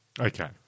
Okay